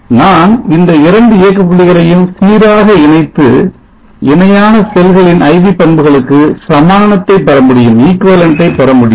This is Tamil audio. நான் இந்த இரண்டு இயக்கப்புள்ளிகளையும் சீராக இணைத்து இணையான செல்களின் IV பண்புகளுக்கு சமானத்தை பெற முடியும்